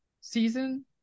season